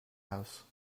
house